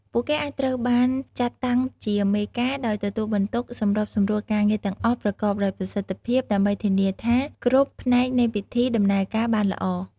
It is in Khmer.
ពួកគេអាចត្រូវបានចាត់តាំងជា "មេការ" ដោយទទួលបន្ទុក សម្របសម្រួលការងារទាំងអស់ ប្រកបដោយប្រសិទ្ធភាព ដើម្បីធានាថាគ្រប់ផ្នែកនៃពិធីដំណើរការបានល្អ។